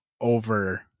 over